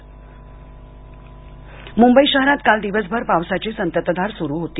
पाऊस मुंबई मुंबई शहरात काल दिवसभर पावसाची संततधार सुरू होती